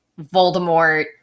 Voldemort